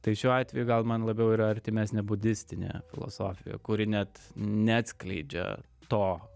tai šiuo atveju gal man labiau yra artimesnė budistinė filosofija kuri net neatskleidžia to